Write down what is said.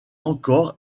encore